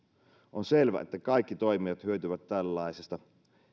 on selvää että kaikki toimijat hyötyvät tällaisesta